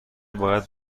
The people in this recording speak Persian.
باید